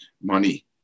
money